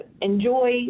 enjoy